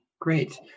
great